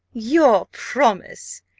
your promise!